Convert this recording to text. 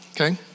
okay